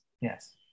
Yes